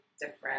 different